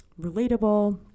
relatable